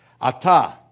Ata